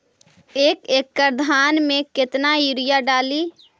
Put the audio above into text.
एक एकड़ धान मे कतना यूरिया डाली?